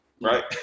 right